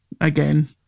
again